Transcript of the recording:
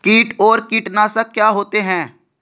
कीट और कीटनाशक क्या होते हैं?